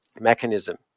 mechanism